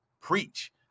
preach